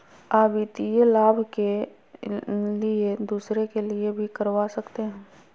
आ वित्तीय लाभ के लिए दूसरे के लिए भी करवा सकते हैं?